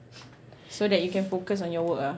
so that you can focus on your work ah